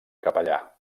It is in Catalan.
capellà